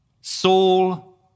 Saul